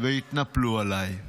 והתנפלו עליי.